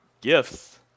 gifts